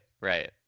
Right